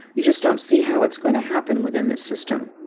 you just don't see how it's going to happen within this system.